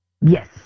yes